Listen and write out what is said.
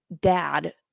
dad